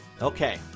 Okay